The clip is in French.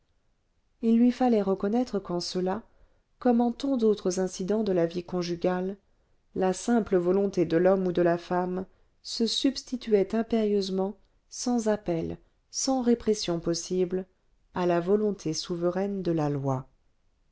il lui fallait reconnaître qu'en cela comme en tant d'autres incidents de la vie conjugale la simple volonté de l'homme ou de la femme se substituait impérieusement sans appel sans répression possible à la volonté souveraine de la loi